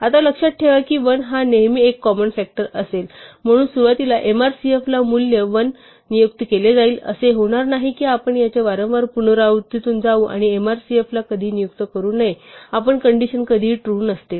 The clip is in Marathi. आता लक्षात ठेवा की 1 हा नेहमी एक कॉमन फ़ॅक्टर असेल म्हणून सुरुवातीला mrcf ला मूल्य 1 नियुक्त केले जाईल असे होणार नाही की आपण याच्या वारंवार पुनरावृत्तीतून जाऊ आणि mrcf ला कधीही नियुक्त करू नये कारण कंडिशन कधीही ट्रू नसते